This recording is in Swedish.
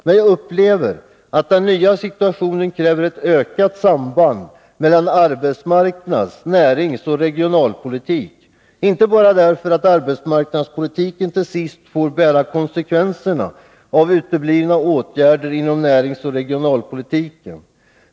Men jag upplever att den nya situationen kräver ett ökat samband mellan arbetsmarknads-, näringsoch regionalpolitiken, inte bara därför att arbetsmarknadspolitiken till sist får ta konsekvenserna av uteblivna åtgärder inom näringsoch regionalpolitiken.